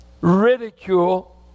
ridicule